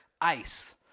ice